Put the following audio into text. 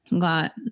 got